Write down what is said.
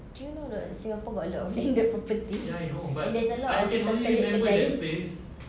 do you know that singapore got a lot of landed property and there's a lot of terselit kedai